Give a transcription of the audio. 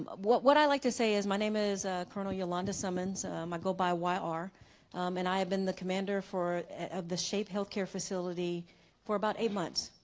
what what i like to say is my name is colonel yolanda simmons i go by y r and i have been the commander for the shape healthcare facility for about eight months.